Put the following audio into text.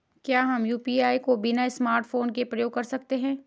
क्या हम यु.पी.आई को बिना स्मार्टफ़ोन के प्रयोग कर सकते हैं?